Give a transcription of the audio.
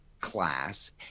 class